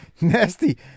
Nasty